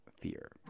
fear